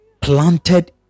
planted